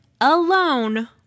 alone